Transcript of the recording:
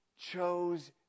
chose